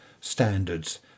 standards